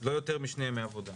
לא יותר משני ימי עבודה.